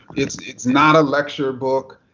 it's it's not a lecture book.